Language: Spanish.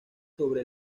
sobre